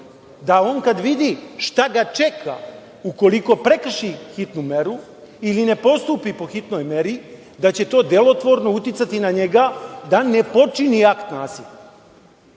da on kad vidi šta ga čeka ukoliko prekrši hitnu meru, ili ne postupi po hitnoj meri, da će to delotvorno uticati na njega da ne počini akt nasilja,